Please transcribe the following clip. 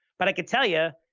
but i can tell you,